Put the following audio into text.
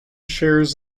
shares